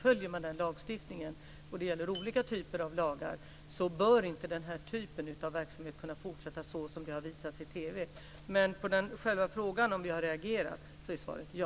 Följer man den lagstiftningen, och det gäller olika typer av lagar, bör inte den här typen av verksamheter fortsätta såsom det har visats i TV. På själva frågan om vi har reagerat är svaret ja.